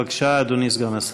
בבקשה, אדוני סגן השר.